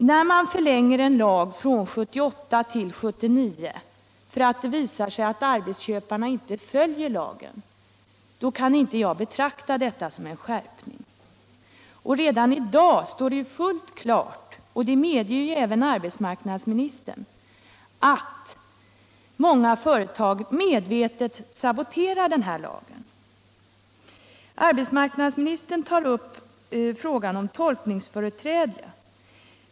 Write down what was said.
När man förlänger en lags giltighet från 1978 och 1979, därför att det visar sig att arbetsköparna inte följer lagen, kan jag inte betrakta det som en skärpning. Redan i dag står det fullt klart — det medger även arbetsmarknadsministern — att många företag medvetet saboterar den här lagen. - Arbetsmarknadsministern tar upp frågan om tolkningsföreträde.